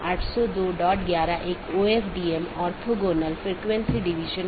वोह AS जो कि पारगमन ट्रैफिक के प्रकारों पर नीति प्रतिबंध लगाता है पारगमन ट्रैफिक को जाने देता है